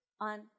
on